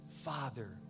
father